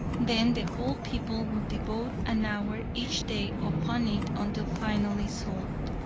then the whole people would devote an hour each day upon it until finally solved.